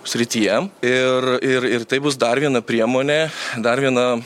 srityje ir ir ir taip bus dar viena priemonė dar viena